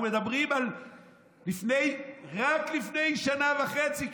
רק לפני רק לפני שנה וחצי,